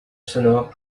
sonore